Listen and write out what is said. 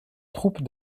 troupes